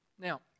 Now